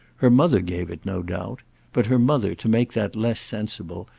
her mother gave it, no doubt but her mother, to make that less sensible,